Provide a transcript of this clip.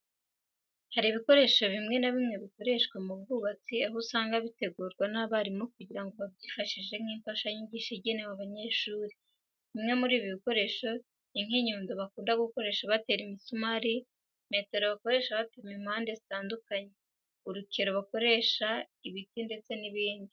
Hari ibikoresho bimwe na bimwe bikoreshwa mu bwubatsi, aho usanga bitegurwa n'abarimu kugira ngo babyifashishe nk'imfashanyigisho igenewe abanyeshuri. Bimwe muri ibi bikoresho ni nk'inyundo bakunda gukoresha batera imisumari, metero bakoresha bapima impande zitandukanye, urukero bakebesha ibiti ndetse n'ibindi.